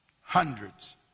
Hundreds